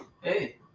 hey